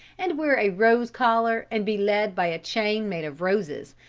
and wear a rose collar and be led by a chain made of roses,